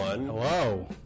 Hello